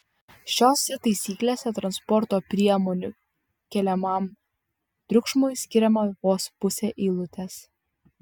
šiose taisyklėse transporto priemonių keliamam triukšmui skiriama vos pusė eilutės